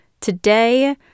Today